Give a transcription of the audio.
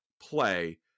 play